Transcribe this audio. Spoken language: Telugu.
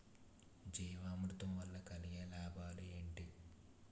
జీవామృతం వల్ల కలిగే లాభాలు ఏంటి?